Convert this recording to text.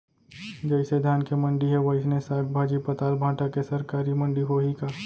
जइसे धान के मंडी हे, वइसने साग, भाजी, पताल, भाटा के सरकारी मंडी होही का?